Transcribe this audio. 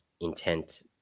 intent